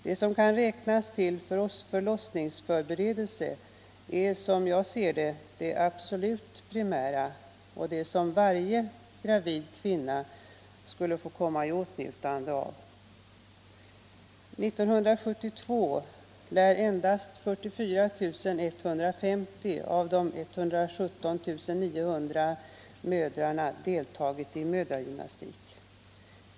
Det som kan räknas till förlossningsförberedelser är, som jag ser det, det absolut primära och det som varje gravid kvinna skulle få komma i åtnjutande av. År 1972 lär endast 44 150 av de 117 900 mödrarna ha deltagit i mödragymnastik.